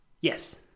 Yes